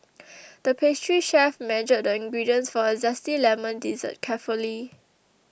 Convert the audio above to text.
the pastry chef measured the ingredients for a Zesty Lemon Dessert carefully